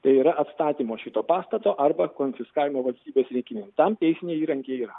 tai yra atstatymo šito pastato arba konfiskavimo valstybės reikmėm tam teisiniai įrankiai yra